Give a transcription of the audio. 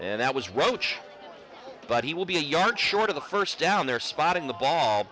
and that was roach but he will be a yard short of the first down there spotting the ball